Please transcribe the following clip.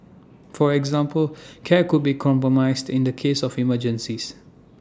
for example care could be compromised in the case of emergencies